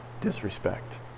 disrespect